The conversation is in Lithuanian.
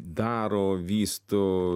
daro vysto